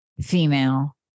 female